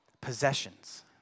possessions